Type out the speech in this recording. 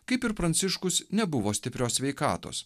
kaip ir pranciškus nebuvo stiprios sveikatos